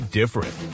different